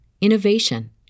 innovation